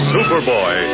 Superboy